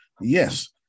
yes